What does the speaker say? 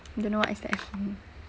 don't know what is that